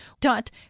dot